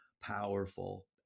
powerful